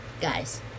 Guys